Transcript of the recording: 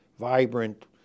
vibrant